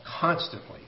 Constantly